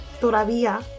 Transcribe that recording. todavía